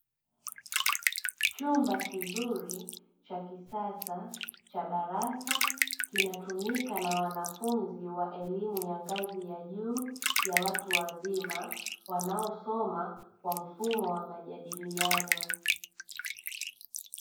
Chumba kizuri cha kisasa cha darasa, kinatumika na wanafunzi wa elimu ya ngazi ya juu ya watu wazima wanaosoma kwa mfumo wa majadiliano.